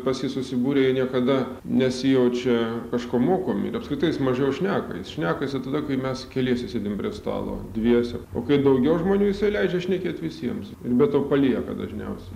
pas jį susibūrę jie niekada nesijaučia kažko mokomi ir apskritai jis mažiau šneka jis šnekasi jisai tada kai mes keliese sėdim prie stalo dviese o kai daugiau žmonių jisai leidžia šnekėt visiems ir be to palieka dažniausiai